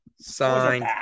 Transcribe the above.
Signed